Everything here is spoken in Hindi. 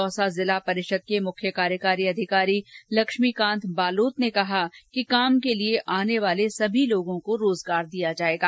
दौसा जिला परिषद के मुख्य कार्यकारी अधिकारी लक्ष्मीकांत बालोत ने कहा कि काम के लिए आने वाले सभी लोगों को रोजगार दिया जाएगा